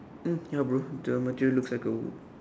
mm ya bro the material looks like a